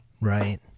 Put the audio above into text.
Right